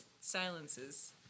silences